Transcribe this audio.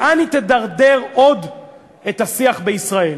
לאן היא תדרדר עוד את השיח בישראל?